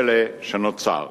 פלא שנוצר